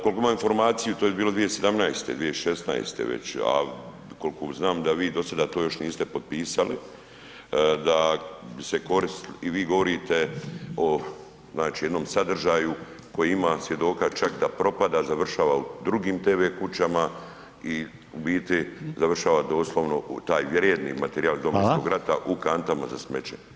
Koliko imam informaciju to je bilo 2017., 2016. već, a koliko znam da vi do sada to još niste potpisali, da se i vi govorite o znači jednom sadržaju koji imam svjedoka čak da propada, završava u drugim tv kućama i u biti završava doslovno taj vrijedni materijal iz Domovinskog rata u kantama za smeće.